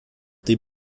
die